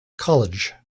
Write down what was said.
college